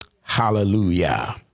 Hallelujah